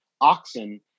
oxen